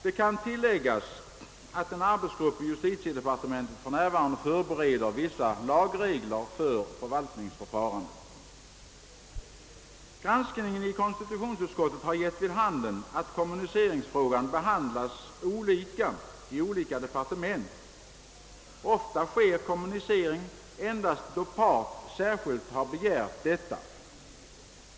Det kan tilläggas att en arbetsgrupp inom justitiedepartementet för närvarande förbereder vissa lagregler för förvaltningsförfarandet. Granskningen i konstitutionsutskottet har givit vid handen att kommuniceringsfrågan behandlas olika i olika departement. Ofta sker kommunicering endast då part särskilt begärt detta.